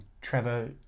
Trevor